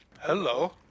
Hello